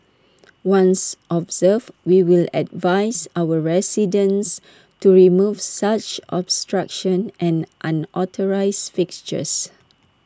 once observed we will advise our residents to remove such obstruction and unauthorised fixtures